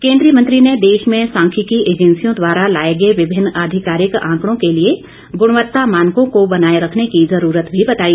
केंद्रीय मंत्री ने देश में सांख्यिकी एजेंसियों द्वारा लाए गए विभिन्न आधिकारिक आंकड़ों के लिए गुणवत्ता मानकों को बनाए रखने की जरूरत भी बताई